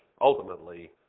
ultimately